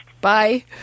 Bye